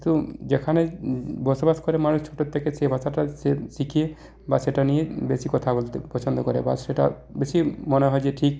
কিন্তু যেখানেই বসবাস করে মানুষ ছোটোর থেকে সে ভাষাটা সে শিখে বা সেটা নিয়ে বেশি কথা বলতে পছন্দ করে বা সেটা বেশি মনে হয় যে ঠিক